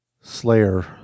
Slayer